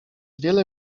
wiele